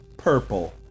purple